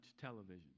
television